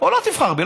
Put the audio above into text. או לא תבחר בי,